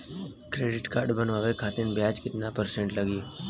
Credit card बनवाने खातिर ब्याज कितना परसेंट लगी?